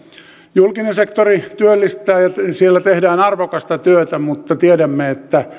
julkinen sektori työllistää ja siellä tehdään arvokasta työtä mutta tiedämme